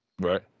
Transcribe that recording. Right